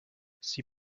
sie